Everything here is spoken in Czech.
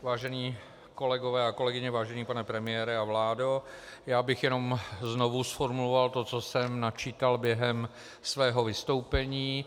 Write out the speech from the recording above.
Vážení kolegové a kolegyně, vážený pane premiére a vládo, já bych jenom znovu zformuloval to, co jsem načítal během svého vystoupení.